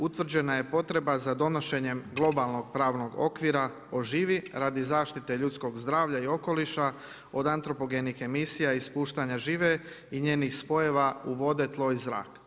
Utvrđena je potreba za donošenjem globalnog pravnog okvira o živi radi zaštite ljudskog zdravlja i okoliša od antropogenih emisija ispuštanja žive i njenih spojeva u vode, tlo i zrak.